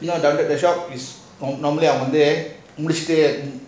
the shop is நம்மள வந்து முடிச்சிட்டு:nammala vanthu mudichitu